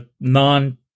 non